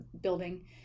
building